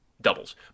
doubles